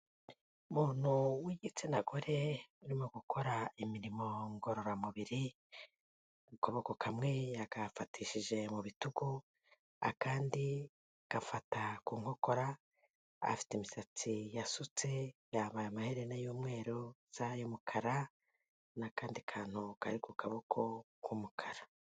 Umuntu w'igitsina gore urimo gukora imirimo ngororamubiri, mu kuboko kamwe yakafatishije mu bitugu, akandi gafata ku nkokora, afite imisatsi yasutse, yambaye amaherena y'umweru, isaha y'umukara n'akandi kantu kari ku kaboko k'umukara